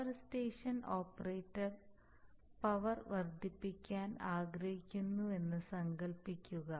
power station operator power വർദ്ധിപ്പിക്കാൻ ആഗ്രഹിക്കുന്നുവെന്ന് സങ്കൽപ്പിക്കുക